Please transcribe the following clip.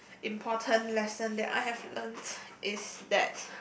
important lesson that I have learnt is that